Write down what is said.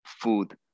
food